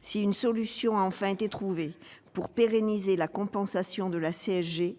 Si une solution a enfin été trouvée pour pérenniser la compensation de la CSG-